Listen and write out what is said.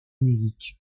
musique